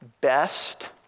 best